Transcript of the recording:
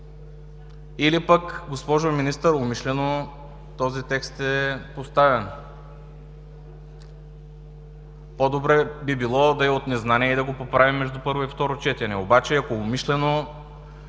или пък, госпожо Министър, умишлено е поставен този текст? По-добре би било да е от незнание и да го поправим между първо и второ четене. Обаче, ако е умишлено,